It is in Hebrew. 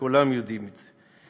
כולם יודעים את זה.